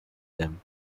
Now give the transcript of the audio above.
them